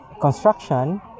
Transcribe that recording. construction